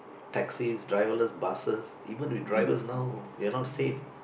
taxis driverless buses even with drivers now we are not safe